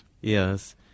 Yes